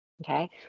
Okay